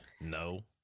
No